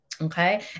okay